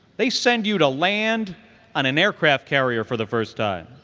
they send you to land on an aircraft carrier for the first time.